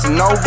no